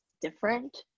different